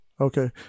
Okay